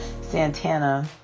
Santana